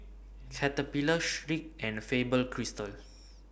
Caterpillar Schick and Faber Castell